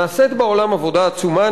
נעשית בעולם עבודה עצומה,